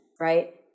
Right